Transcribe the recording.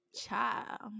Child